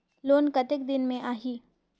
Loan कतेक दिन मे आही?